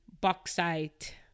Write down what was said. bauxite